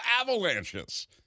avalanches